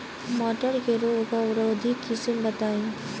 मटर के रोग अवरोधी किस्म बताई?